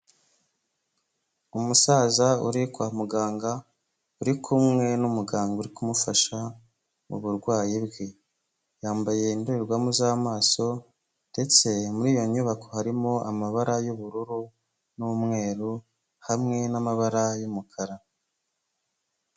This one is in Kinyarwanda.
Umusaza uri kwa muganga uri kumwe n'umuganga uri kumufasha muburwayi bwe, yambaye indorerwamo z'amaso ndetse muri iyo nyubako harimo amabara y'ubururu n'umweru hamwe n'amabara y'umukara.